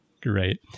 great